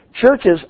churches